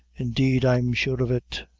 indeed, i'm sure of it.